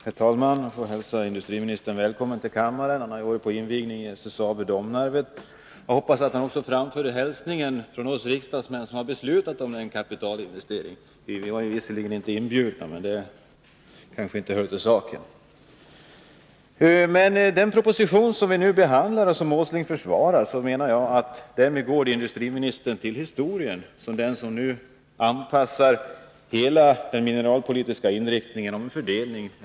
Herr talman! Jag får hälsa industriministern välkommen till kammaren. Han har varit på invigning av SSAB i Domnarvet. Jag hoppas att han också framförde en hälsning från oss riksdagsmän, som beslutat om den här kapitalinvesteringen. Vi var visserligen inte inbjudna, men det kanske inte hör till saken. Med den proposition som vi nu behandlar och som Nils Åsling försvarar menar jag att industriministern går till historien som den som anpassar hela den mineralpolitiska fördelningen.